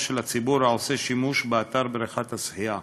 של הציבור העושה שימוש באתר בריכת השחייה.